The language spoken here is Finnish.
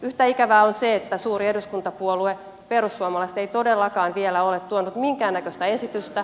yhtä ikävää on se että suuri eduskuntapuolue perussuomalaiset ei todellakaan vielä ole tuonut minkäännäköistä esitystä